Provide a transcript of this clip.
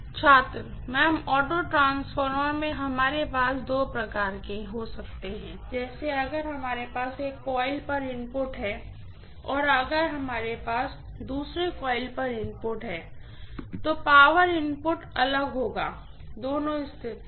छात्र ma'am auto transformer में हमारे पास दो प्रकार के 3403 हो सकते हैं जैसे अगर हमारे पास एक कॉइल पर इनपुट है और अगर हमारे पास दूसरे कॉइल पर इनपुट है तो पावर इनपुट अलग होगा दोनों स्थितियों में